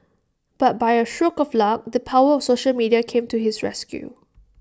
but by A stroke of luck the power of social media came to his rescue